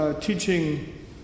teaching